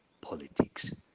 politics